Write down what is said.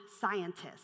scientists